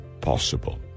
possible